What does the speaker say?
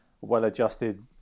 well-adjusted